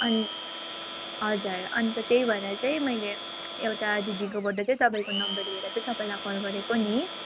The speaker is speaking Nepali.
अनि हजुर अन्त त्यही भएर चाहिँ मैले एउटा दिदीकोबाट चाहिँ तपाईँको नम्बर लिएर चाहिँ तपाईँलाई कल गरेको नि